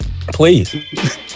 Please